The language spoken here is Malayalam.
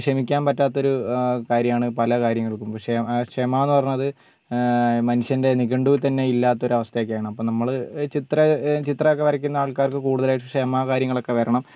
ക്ഷമിക്കാൻ പറ്റാത്തൊരു കാര്യമാണ് പല കാര്യങ്ങൾക്കും ക്ഷമ ക്ഷമാന്ന് പറഞ്ഞത് മനുഷ്യൻ്റെ നിഘണ്ടു തന്നെ ഇല്ലാത്തൊരു അവസ്ഥയൊക്കെയാണ് അപ്പോൾ നമ്മൾ ചിത്രം ചിത്രമൊക്കെ വരയ്ക്കുന്ന ആൾക്കാർക്ക് കൂടുതലായിട്ട് ക്ഷമ കാര്യങ്ങളൊക്കെ വരണം